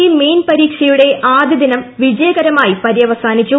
E main പരീക്ഷയുടെ ആദൃദിനം വിജയകരമായി പര്യവസാനിച്ചു